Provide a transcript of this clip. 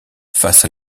face